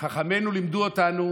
חכמינו לימדו אותנו,